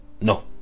No